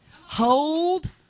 Hold